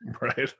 Right